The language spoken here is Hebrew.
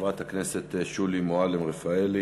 חברת הכנסת שולי מועלם-רפאלי,